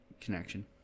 connection